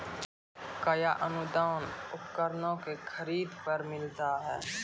कया अनुदान उपकरणों के खरीद पर मिलता है?